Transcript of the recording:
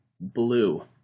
blue